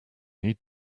need